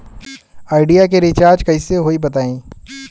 Idea के recharge कइसे होई बताईं?